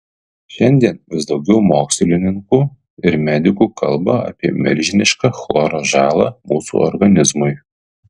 šiandien vis daugiau mokslininkų ir medikų kalba apie milžinišką chloro žalą mūsų organizmui